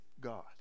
God